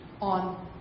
on